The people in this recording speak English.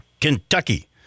Kentucky